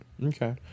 Okay